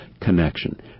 connection